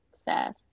Sad